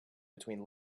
between